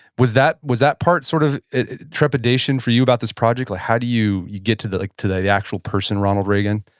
was that was that part sort of trepidation for you about this project, like, how do you you get to the to the actual person, ronald reagan?